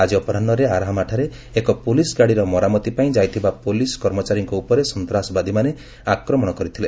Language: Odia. ଆଜି ଅପରାହ୍ୱରେ ଆରାହାମାଠାରେ ଏକ ପୋଲିସ ଗାଡିର ମରାମତି ପାଇଁ ଯାଇଥିବା ପୋଲିସ କର୍ମଚାରୀଙ୍କ ଉପରେ ସନ୍ତାସବାଦୀମାନେ ଆକ୍ରମଣ କରିଥିଲେ